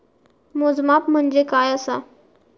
मोजमाप म्हणजे काय असा?